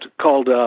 called